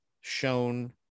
shown